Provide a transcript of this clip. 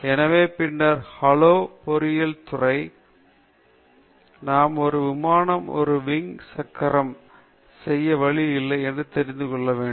எனவே பின்னர் ஹலோ பொறியியல் துறை நாம் ஒரு விமானம் ஒரு விங் சக்கரம் செய்ய வழி இல்லை என்று தெரிந்து கொள்ள வேண்டும்